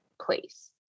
place